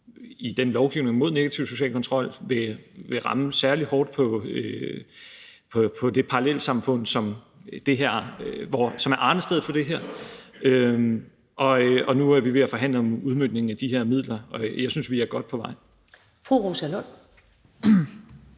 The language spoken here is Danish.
i den lovgivning mod negativ social kontrol, som vil ramme særlig hårdt i forhold til de parallelsamfund, som er arnestedet for det her. Og nu er vi ved at forhandle om udmøntningen af de her midler, og jeg synes, at vi er godt på vej.